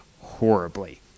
horribly